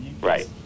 Right